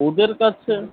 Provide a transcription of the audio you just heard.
ওদের কাছে